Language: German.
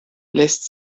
lässt